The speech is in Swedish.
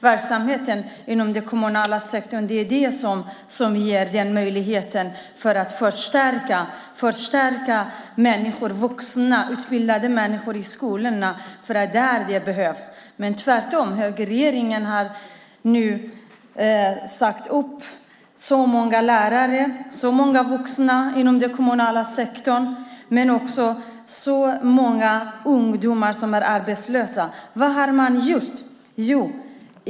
Verksamheten inom den kommunala sektorn är skattefinansierad, vilket gör det möjligt att utbilda människor som ska finnas i bland annat skolorna. De behövs där. Nu har dock högerregeringen sagt upp många lärare och andra vuxna inom den kommunala sektorn. Samtidigt är många ungdomar arbetslösa. Vad har regeringen gjort?